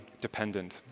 dependent